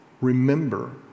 Remember